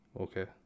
Okay